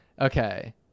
Okay